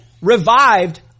revived